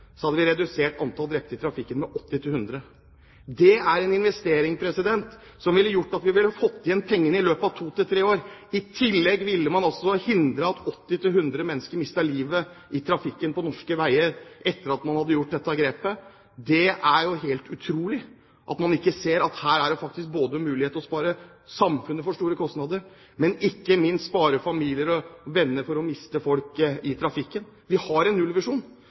hadde vi redusert antall drepte i trafikken med 80–100. Det er en investering som ville gjort at vi ville fått igjen pengene i løpet av to–tre år. I tillegg ville man også hindret at 80–100 mennesker mistet livet i trafikken på norske veier etter at man hadde gjort dette grepet. Det er jo helt utrolig at man ikke ser at her er det faktisk både mulighet til å spare samfunnet for store kostnader og ikke minst spare familier og venner for å miste folk i trafikken. Vi har en nullvisjon,